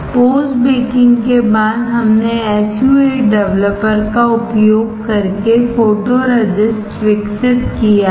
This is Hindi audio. पोस्ट बेकिंग के बाद हमने SU 8 डेवलपर का उपयोग करके फोटोरेजिस्ट विकसित किया है